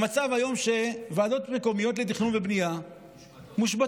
המצב היום הוא שוועדות מקומיות לתכנון ובנייה מושבתות.